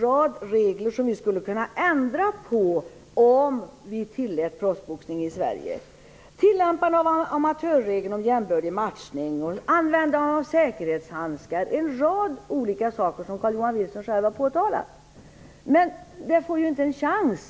rad regler som vi skulle kunna ändra på om vi tillät proffsboxning i Sverige: tillämpande av amatörregeln om jämbördig matchning, användande av säkerhetshandskar och en rad olika saker som Carl-Johan Wilson själv har påtalat. Men detta får inte en chans.